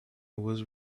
was